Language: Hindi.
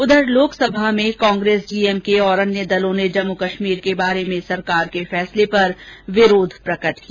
उधर लोकसभा में कांग्रेस डीएमके और अन्य दलों ने जम्मू कश्मीर के बारे में सरकार के फैसले पर विरोध प्रकट किया